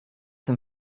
wenn